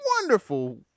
wonderful